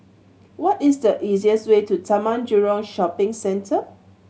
what is the easiest way to Taman Jurong Shopping Centre